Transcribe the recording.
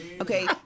Okay